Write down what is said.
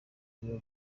bitaro